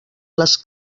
les